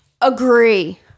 Agree